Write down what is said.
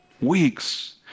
Weeks